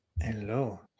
Hello